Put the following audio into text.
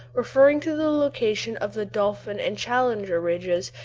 referring to the location of the dolphin and challenger ridges,